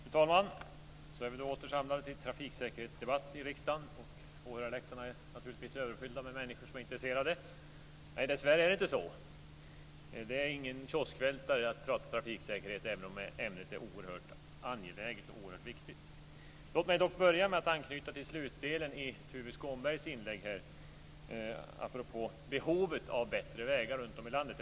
Fru talman! Så är vi då åter samlade till trafiksäkerhetsdebatt i riksdagen, och åhörarläktarna är naturligtvis överfyllda med människor som är intresserade. Nej, dessvärre är det inte så. Det är ingen kioskvältare att tala om trafiksäkerhet, även om ämnet är oerhört angeläget och oerhört viktigt. Låt mig dock börja med att anknyta till slutdelen i Tuve Skånbergs inlägg när han talade om behovet av bättre vägar runtom i landet.